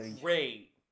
great